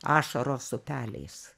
ašaros upeliais